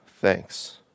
thanks